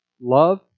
love